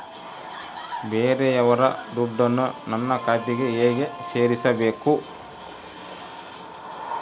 ಬೇರೆಯವರ ದುಡ್ಡನ್ನು ನನ್ನ ಖಾತೆಗೆ ಹೇಗೆ ಸೇರಿಸಬೇಕು?